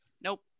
Nope